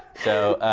so,